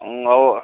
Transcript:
ಹ್ಞೂ ಅವು